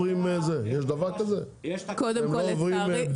יש דבר כזה שהם לא עוברים בדיקות?